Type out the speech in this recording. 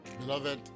Beloved